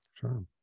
sure